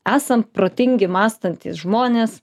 esam protingi mąstantys žmonės